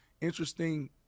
interesting